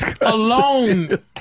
alone